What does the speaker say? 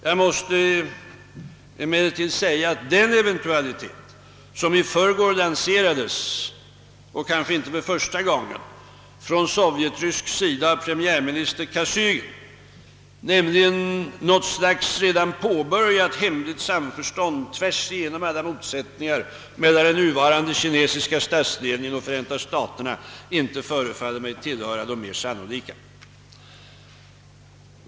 Jag måste emellertid säga att den eventualitet som i förrgår lanserades, och kanske inte för första gången, från sovjetrysk sida av premiärminister Kosygin, nämligen något slags redan påbörjat hemligt samförstånd tvärsigenom alla motsättningar mellan den nuvarande kinesiska statsledningen och Förenta staterna, inte förefaller mig tillhöra de mer sannolika.